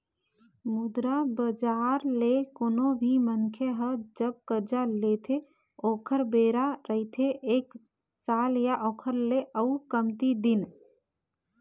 मुद्रा बजार ले कोनो भी मनखे ह जब करजा लेथे ओखर बेरा रहिथे एक साल या ओखर ले अउ कमती दिन